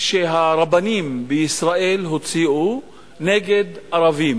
שהרבנים בישראל הוציאו נגד ערבים,